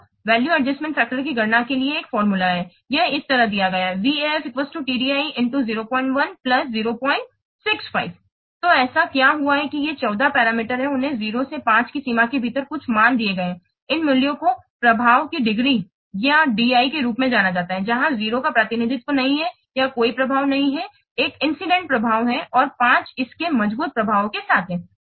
तो मूल्य समायोजन कारक की गणना के लिए एक सूत्र है यह इस तरह दिया गया है VAF TDI 001 065 तो ऐसा क्या हुआ कि ये 14 पैरामीटर हैं उन्हें 0 से 5 की सीमा के भीतर कुछ मान दिए गए हैं इन मूल्यों को प्रभाव की डिग्री या DI के रूप में जाना जाता है जहां 0 का प्रतिनिधित्व नहीं है या कोई प्रभाव नहीं है एक आकस्मिक प्रभाव है और 5 इस के मजबूत प्रभाव के साथ है